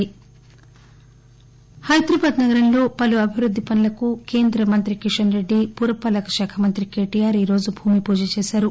KTR Kishan Hyderabad నగరంలో పలు అభివృద్ది పనులకు కేంద్ర మంత్రి కిషన్రెడ్డి పురపాలక శాఖ మంత్రి కేటీఆర్ ఈ రోజు భూమి పూజ చేశారు